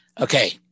okay